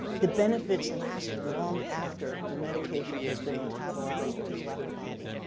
the benefits last long after the medication has been metabolized or has left the body.